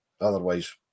otherwise